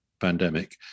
pandemic